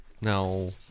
No